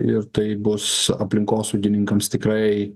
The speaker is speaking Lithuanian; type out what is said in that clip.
ir tai bus aplinkosaugininkams tikrai